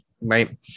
right